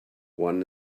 one